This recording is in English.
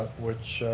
which